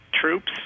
troops